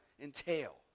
entail